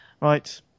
Right